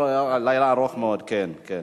יש לנו לילה ארוך מאוד, כן.